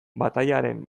batailaren